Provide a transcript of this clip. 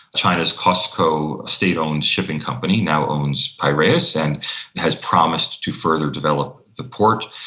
china's cosco state-owned shipping company now owns piraeus and has promised to further develop the port.